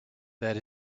that